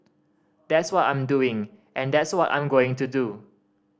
that's what I'm doing and that's what I'm going to do